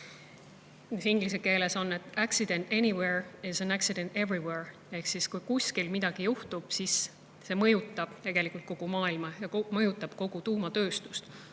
inglise keeles onan accident anywhere is an accident everywhere. Ehk kui kuskil midagi juhtub, siis see mõjutab tegelikult kogu maailma ja kogu tuumatööstust.